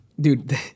Dude